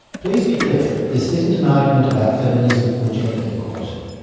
please be clear, this isn't an argument about feminism or gender equality.